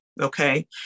Okay